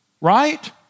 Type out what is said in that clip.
right